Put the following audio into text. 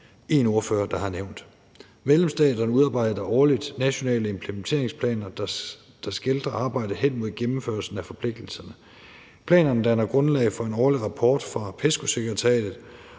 én ordfører der har nævnt. Medlemsstaterne udarbejder årligt nationale implementeringsplaner, der skildrer arbejdet hen mod gennemførelsen af forpligtelserne. Planerne danner grundlag for en årlig rapport fra PESCO-sekretariatet,